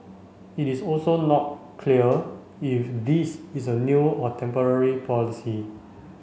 it is also not clear if this is a new or temporary policy